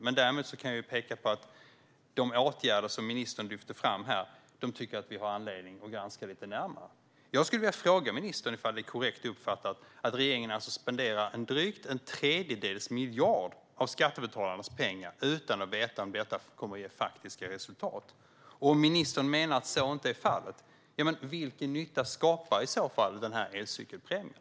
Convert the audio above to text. Men däremot kan jag peka på att de åtgärder som ministern här lyfte fram har vi anledning att granska lite närmare. Jag skulle vilja fråga ministern ifall det är korrekt uppfattat att regeringen spenderar drygt en tredjedels miljard av skattebetalarnas pengar utan att veta om detta kommer att ge faktiska resultat. Om ministern menar att så inte är fallet, vilken nytta skapar i så fall elcykelpremien?